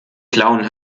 klauen